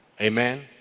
amen